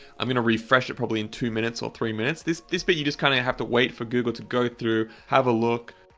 i'm going to refresh it probably in two minutes or three minutes. this this bit, you just kind of have to wait for google to go through, have a look.